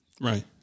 Right